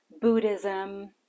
Buddhism